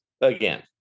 again